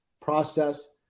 process